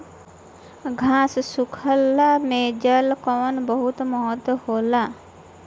खाद्य शृंखला में जल कअ बहुत महत्व होला